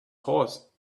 horse